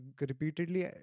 repeatedly